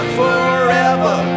forever